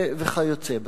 וכיוצא בזאת.